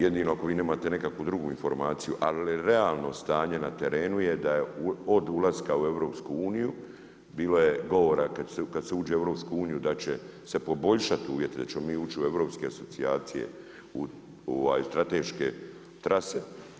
Jedino ako vi nemate nekakvu drugu informaciju ali realno stanje na terenu je da je od ulaska u EU, bilo je govora kad se uđe u EU da će se poboljšati uvjeti, da ćemo mi ući u europske asocijacije, u strateške trase.